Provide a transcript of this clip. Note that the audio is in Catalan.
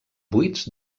buits